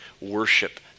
worship